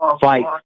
fight